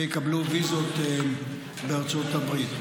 ויקבלו ויזות לארצות הברית.